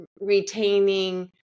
retaining